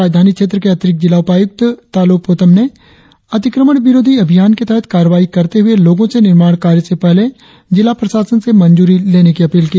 राजधानी क्षेत्र के अतिरिक्त जिला उपायुक्त तालोह पोतोम ने अतिक्रमण विरोधी अभियान के तहत कार्रवाई करते हुए लोगों से निर्माण कार्य से पहले जिला प्रशासन से मंजूरी लेने की अपील की